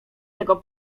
tego